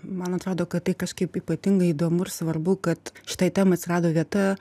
man atrodo kad tai kažkaip ypatingai įdomu ir svarbu kad šitai temai atsirado vieta